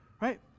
Right